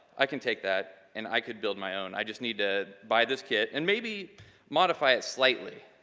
i can take that. and i can build my own. i just need to buy this kit and maybe modify it slightly.